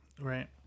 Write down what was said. Right